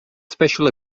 special